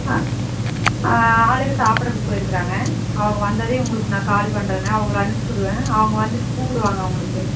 ஆ ஆளுங்கள் சாப்பிட்றதுக்கு போயிருக்கிறாங்க அவங்க வந்ததுயும் உங்களுக்கு நான் கால் பண்ணுறேங்க அவங்கள அனுப்பிச்சுடுவேன் அவங்க வந்துட்டு கூப்பிடுவாங்க உங்களுக்கு